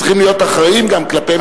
צריכים להיות אחראיים גם כלפי מדינות.